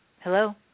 Hello